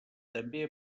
també